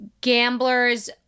gamblers